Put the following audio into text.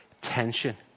tension